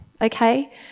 okay